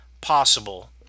possible